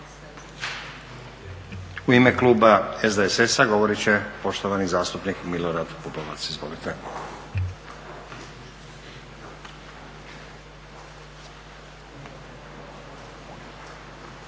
U ime kluba SDSS-a govorit će poštovani zastupnik Milorad Pupovac. Izvolite.